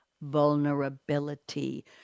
vulnerability